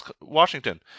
Washington